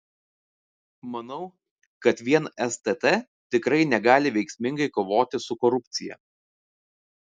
manau kad vien stt tikrai negali veiksmingai kovoti su korupcija